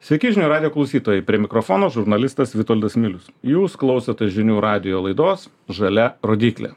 sveiki žinių radijo klausytojai prie mikrofono žurnalistas vitoldas milius jūs klausotės žinių radijo laidos žalia rodyklė